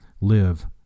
live